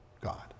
God